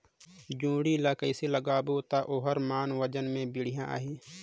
जोणी ला कइसे लगाबो ता ओहार मान वजन बेडिया आही?